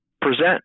present